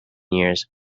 years